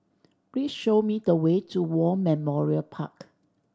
please show me the way to War Memorial Park